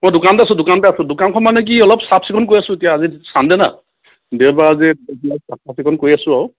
অঁ দোকানতে আছো দোকানতে আছো দোকানখন মানে কি অলপ চাফ চিকুণ কৰি আছোঁ এতিয়া আজি চানদে না দেওবাৰ আজি চাফা চিকুণ কৰি আছো আৰু